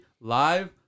Live